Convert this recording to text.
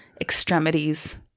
extremities